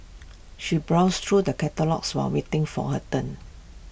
she browsed through the catalogues while waiting for her turn